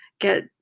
get